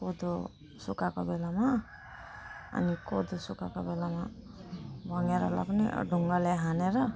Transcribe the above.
उत्यो सुकाएको बेलामा अनि कोदो सुकाएको बेलामा भँगेरालाई पनि ढुङ्गाले हानेर